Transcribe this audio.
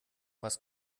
was